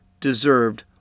deserved